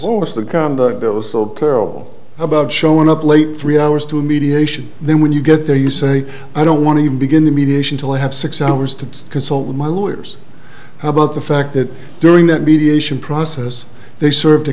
of the conduct it was so terrible about showing up late three hours to a mediation then when you get there you say i don't want to even begin the mediation till i have six hours to consult with my lawyers about the fact that during that mediation process they served a